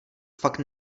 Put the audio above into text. fakt